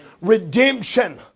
Redemption